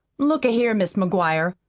look a-here, mis' mcguire,